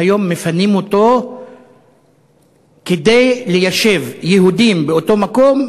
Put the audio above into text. והיום מפנים אותו כדי ליישב יהודים באותו מקום,